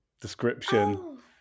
description